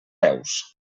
peus